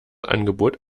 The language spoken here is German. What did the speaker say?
angebot